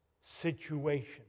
situation